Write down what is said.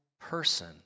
person